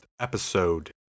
episode